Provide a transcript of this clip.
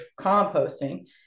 composting